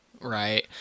Right